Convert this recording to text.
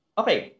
okay